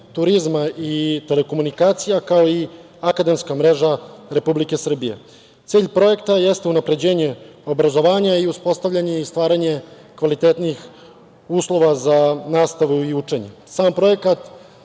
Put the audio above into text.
turizma i telekomunikacija, kao i Akademska mreža Republike Srbije. Cilj projekta jeste unapređenje obrazovanja i uspostavljanje i stvaranje kvalitetnijih uslova za nastavu i učenje. Sam projekat